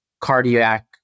cardiac